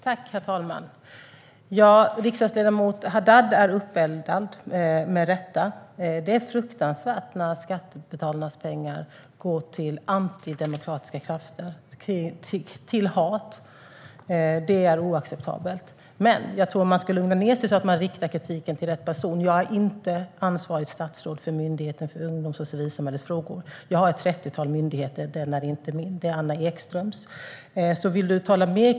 Herr talman! Riksdagsledamot Haddad är uppeldad, med rätta. Det är fruktansvärt när skattebetalarnas pengar går till antidemokratiska krafter, till hat. Det är oacceptabelt. Jag tror dock att man ska lugna ned sig så att man riktar kritiken till rätt person. Jag är inte ansvarigt statsråd för Myndigheten för ungdoms och civilsamhällesfrågor. Jag är ansvarig för ett trettiotal myndigheter. Det är inte en av dem. Anna Ekström är ansvarig för den myndigheten.